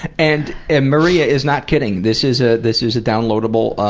and and maria is not kidding. this is ah this is a downloadable,